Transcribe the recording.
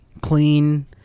clean